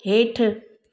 हेठि